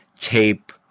tape